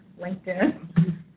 LinkedIn